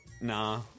nah